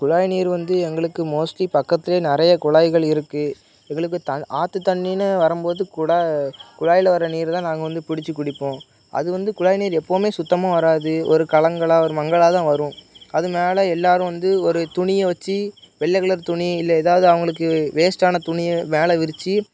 குழாய் நீர் வந்து எங்களுக்கு மோஸ்ட்லி பக்கத்துலேயே நிறைய குழாய்கள் இருக்குது எங்களுக்கு ஆத்துத்தண்ணின்னு வரும்போது கூட குழாய்ல வர நீர் தான் நாங்கள் வந்து பிடிச்சி குடிப்போம் அது வந்து குழாய் நீர் எப்போதுமே சுத்தமாக வராது ஒரு கலங்களாக ஒரு மங்கலாக தான் வரும் அதுமேலே எல்லோரும் வந்து ஒரு துணியை வைச்சி வெள்ளை கலர் துணி இல்லை ஏதாவது அவங்களுக்கு வேஸ்ட்டான துணியை மேலே விரித்து